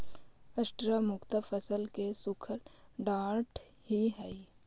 straw मुख्यतः फसल के सूखल डांठ ही हई